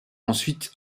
ensuite